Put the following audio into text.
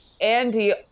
Andy